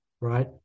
right